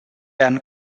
ben